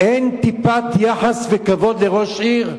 אין טיפת יחס וכבוד לראש עיר?